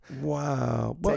Wow